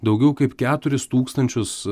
daugiau kaip keturis tūkstančius